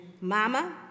mama